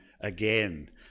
again